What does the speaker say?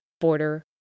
border